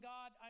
God